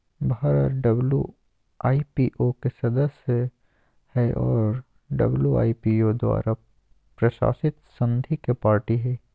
Bharat WIPO के सदस्य हइ और डब्ल्यू.आई.पी.ओ द्वारा प्रशासित संधि के पार्टी हइ